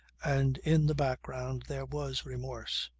and in the background there was remorse.